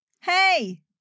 hey